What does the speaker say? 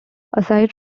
aside